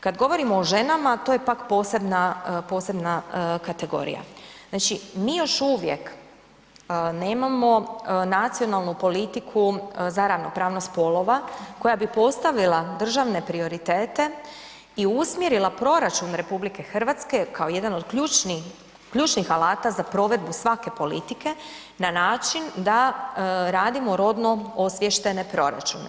Kad govorimo o ženama to je pak posebna, posebna kategorija, znači mi još uvijek nemamo nacionalnu politiku za ravnopravnost spolova koja bi postavila državne prioritete i usmjerila proračun RH kao jedan od ključnih, ključnih alata za provedbu svake politike na način da radimo rodno osviještene proračune.